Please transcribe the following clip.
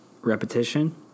Repetition